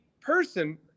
person